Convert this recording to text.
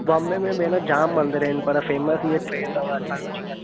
बॉम्बे में भेण जाम मंदर आहिनि पर फेमस इहे टे अथव असां जो जीअं